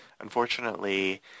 unfortunately